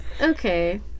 Okay